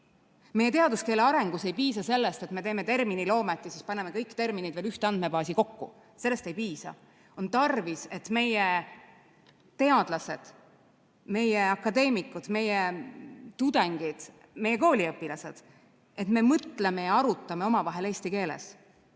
Meie teaduskeele arengus ei piisa sellest, et me teeme terminiloomet ja siis paneme kõik terminid ühte andmebaasi kokku. Sellest ei piisa. On tarvis, et meie teadlased, meie akadeemikud, meie tudengid, meie kooliõpilased mõtleksid ja arutaksid omavahel eesti keeles